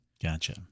Gotcha